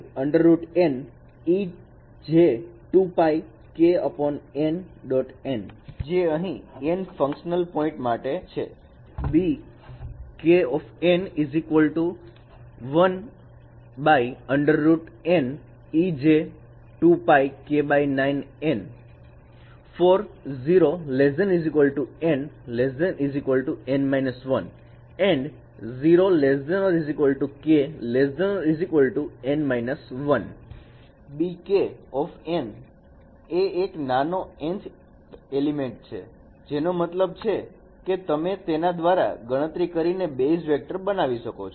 √N ej2π n kN જે અહીં n functional point માટે bk 1 e for and √N j2π n kN 0 ≤ n ≤ N − 1 0 ≤ k ≤ N − 1 bk એ એક નાનો nth તત્વ છે જેનો મતલબ કે તમે તેના દ્વારા ગણતરી કરીને બેઇઝ વેક્ટર બનાવી શકો છો